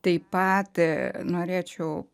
taip pat norėčiau